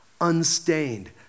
unstained